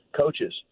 coaches